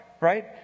Right